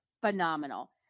phenomenal